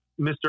Mr